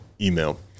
email